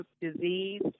disease